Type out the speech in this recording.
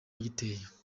giteye